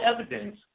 evidence